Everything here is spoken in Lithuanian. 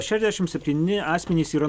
šešiasdešimt septyni asmenys yra